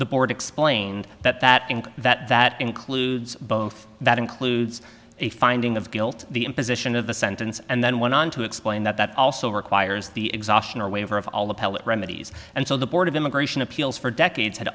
the board explained that that and that that includes both that includes a finding of guilt the imposition of the sentence and then went on to explain that that also requires the exhaustion or waiver of all appellate remedies and so the board of immigration appeals for decades had